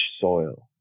soil